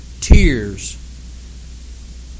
tears